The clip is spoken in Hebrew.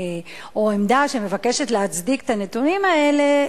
או עמדה שמבקשת להצדיק את הנתונים האלה,